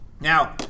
Now